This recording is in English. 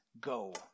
go